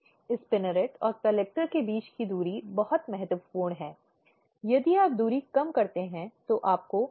सामान्य रूप से कानूनी प्रक्रिया अवैध कानूनी प्रक्रिया या अधिक विशेष रूप से आपराधिक कानूनी प्रक्रिया